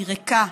הן ריקות.